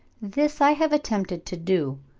this i have attempted to do,